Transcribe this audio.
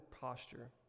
posture